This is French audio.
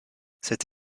cette